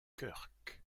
kirk